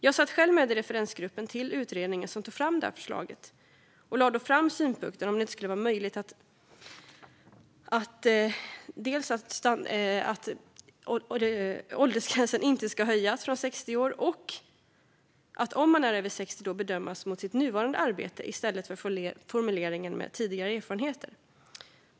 Jag satt själv med i referensgruppen till utredningen som tog fram förslaget och lade då fram synpunkten om det inte skulle vara möjligt att låta bli att höja åldersgränsen från 60 år och att man ska, om man är över 60 år, bedömas mot sitt nuvarande arbete i stället för formuleringen om tidigare erfarenheter.